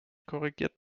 korrigiert